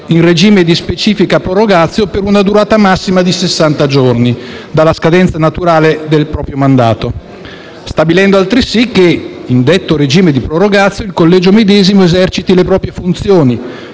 in regime di specifica *prorogatio*, per una durata massima di sessanta giorni dalla scadenza naturale del proprio mandato, stabilendo altresì che in detto regime di *prorogatio* il collegio medesimo esercita le proprie funzioni